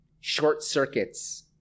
short-circuits